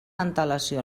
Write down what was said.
antelació